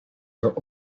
their